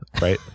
Right